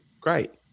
great